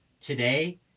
today